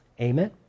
amen